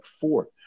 four